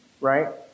right